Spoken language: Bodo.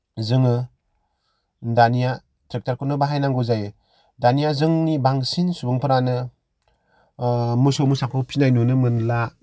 जोङो दानिया ट्रेक्टरखौनो बाहायनांगौ जायो दानिया जोंनि बांसिन सुबंफोरानो मोसौ मोसाखौ फिनाय नुनो मोनला